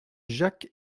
jacques